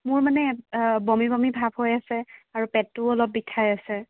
মোৰ মানে বমি বমি ভাব হৈ আছে আৰু পেটটোও অলপ বিষাই আছে